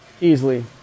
easily